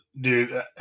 dude